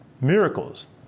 miracles